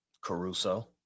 Caruso